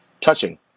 touching